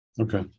okay